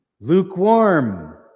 lukewarm